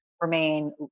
remain